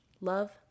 Love